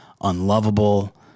unlovable